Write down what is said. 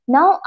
Now